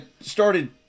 started